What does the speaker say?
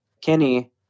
Kenny